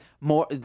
more